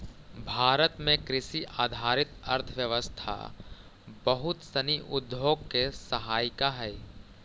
भारत में कृषि आधारित अर्थव्यवस्था बहुत सनी उद्योग के सहायिका हइ